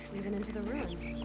even into the ruins.